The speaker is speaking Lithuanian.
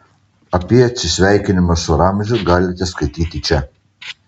apie atsisveikinimą su ramziu galite skaityti čia